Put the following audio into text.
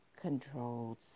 controlled